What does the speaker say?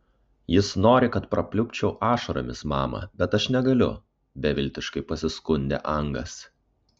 jis nori kad prapliupčiau ašaromis mama bet aš negaliu beviltiškai pasiskundė angas